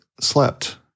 slept